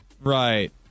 Right